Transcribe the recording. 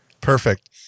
Perfect